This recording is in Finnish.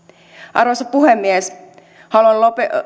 arvoisa puhemies haluan